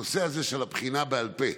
בנושא הזה של הבחינה בכתב,